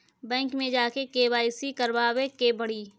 Bank मे जा के के.वाइ.सी करबाबे के पड़ी?